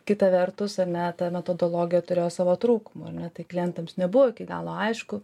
kita vertus ar ne ta metodologija turėjo savo trūkumų ar ne tai klientams nebuvo iki galo aišku